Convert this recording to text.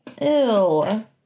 Ew